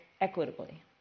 equitably